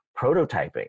prototyping